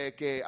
que